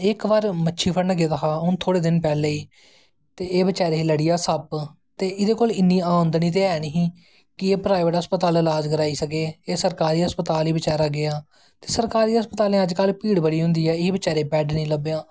इक थाह्र मच्छी फड़न गेदा हा हून थोह्ड़े दिन पैह्लैं गै ते एह् बचैरे गी लड़िया सप ते एह्दे कोल इन्नी औंदनी ते है नेंई ही कि एह् प्राईवेट हस्पताल इलाज़ करवाई सकै एह् सरकारा हस्पताल ही बचैरा गेआ सरलकारी हस्पतालें भीड़ बड़ी होंदी ऐ इसी बचैरे गी बैड्ड नी लब्भेआ